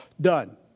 Done